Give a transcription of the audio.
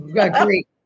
Agree